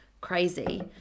crazy